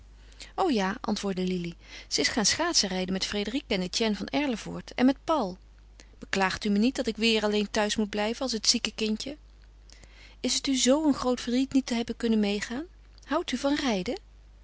o ja antwoordde lili ze is gaan schaatsenrijden met frédérique en etienne van erlevoort en met paul beklaagt u me niet dat ik weêr alleen thuis moet blijven als het zieke kindje is het u zoo een groot verdriet niet te hebben kunnen meêgaan houdt u van rijden